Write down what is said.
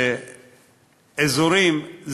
שאזורים,